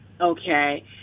okay